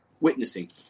witnessing